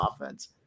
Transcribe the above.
offense